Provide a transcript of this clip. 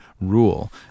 rule